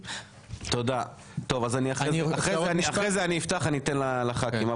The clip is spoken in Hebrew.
אני מרגיש אתכם,